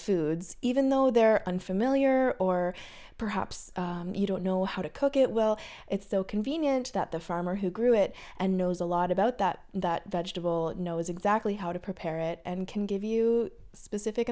foods even though they're unfamiliar or perhaps you don't know how to cook it well it's so convenient that the farmer who grew it and knows a lot about that that vegetable knows exactly how to prepare it and can give you specific